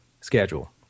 schedule